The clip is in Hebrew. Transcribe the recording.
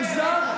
מוזר,